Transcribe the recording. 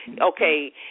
okay